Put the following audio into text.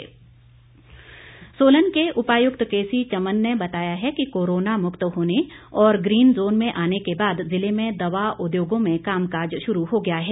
corona मुक्त सोलन के उपायुक्त केसी चमन ने बताया है कि कोरोना मुक्त होने और ग्रीन जोन में आने के बाद ज़िले में दवा उद्योगों में कामकाज शुरू हो गया है